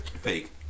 Fake